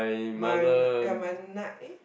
my yeah my nine eh